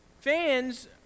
Fans